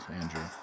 Andrew